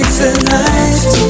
tonight